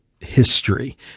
history